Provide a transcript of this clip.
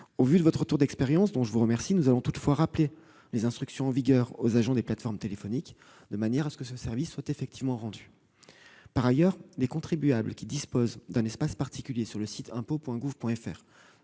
Au vu de votre retour d'expérience, dont je vous remercie, nous allons toutefois rappeler les instructions en vigueur aux agents des plateformes téléphoniques, afin que ce service soit effectivement rendu. Par ailleurs, les contribuables disposant d'un espace particulier sur le site impots.gouv.fr,